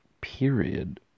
period